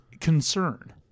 concern